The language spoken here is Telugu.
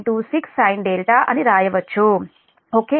926 sin అని వ్రాయవచ్చు ఓకే